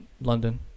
London